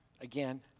again